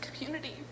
community